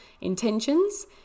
intentions